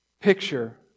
Picture